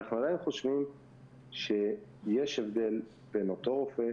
אנחנו עדיין חושבים שיש הבדל בין אותו רופא,